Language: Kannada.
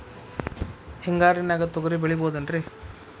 ಹಿಂಗಾರಿನ್ಯಾಗ ತೊಗ್ರಿ ಬೆಳಿಬೊದೇನ್ರೇ?